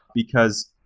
because,